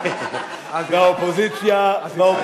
מה אתה אומר, אל תדאג, הזרועות שלו ארוכות.